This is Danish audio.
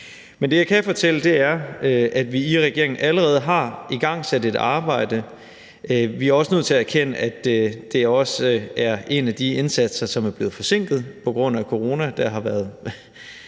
Men det, jeg kan fortælle, er, at vi i regeringen allerede har igangsat et arbejde. Vi er også nødt til at erkende, at det også er en af de indsatser, som er blevet forsinket på grund af corona, da der har været